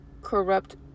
corrupt